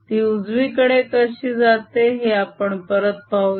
T उजवीकडे कशी जाते हे आपण परत पाहूया